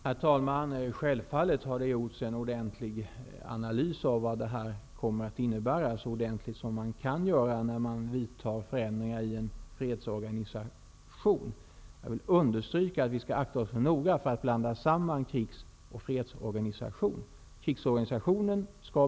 Herr talman! Självfallet har det gjorts en ordentlig analys av vad det här kommer att innebära -- så ordentlig som en analys kan vara av följderna av att förändringar vidtas i en fredsorganisation. Jag vill understryka att vi skall akta oss noga för att blanda samman krigs och fredsorganisationen.